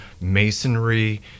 masonry